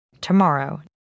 Tomorrow